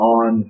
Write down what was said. on